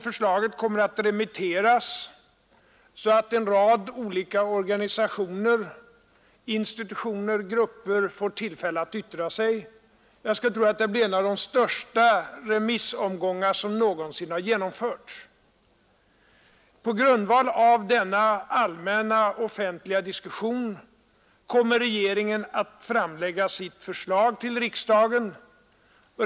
Förslaget kommer att remitteras så att en rad olika organisationer, institutioner och grupper får tillfälle att yttra sig. Jag skulle tro att det blir en av de största remissomgångar som någonsin genomförts. På grundval av denna allmänna offentliga diskussion kommer regeringen att framlägga sitt förslag till riksdagen.